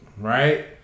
Right